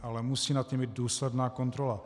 Ale musí nad tím být důsledná kontrola.